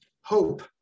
hope